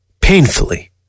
painfully